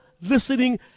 listening